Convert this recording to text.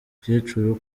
mukecuru